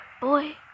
boy